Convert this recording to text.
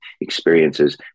experiences